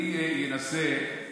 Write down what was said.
אני אנסה,